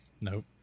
Nope